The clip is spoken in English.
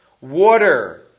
Water